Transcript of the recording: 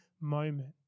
moment